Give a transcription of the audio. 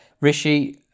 Rishi